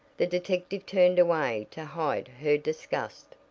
the detective turned away to hide her disgust.